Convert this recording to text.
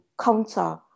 counter